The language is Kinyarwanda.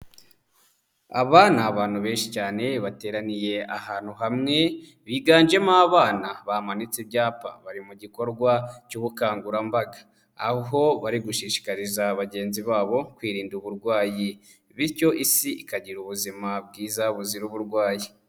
Aba ni abantu benshi cyane bateraniye ahantu hamwe, biganjemo abana bamanitse ibyapa bari mu gikorwa cy'ubukangurambaga, aho bari gushishikariza bagenzi babo kwirinda uburwayi, bityo isi ikagira ubuzima bwiza buzira uburwayi.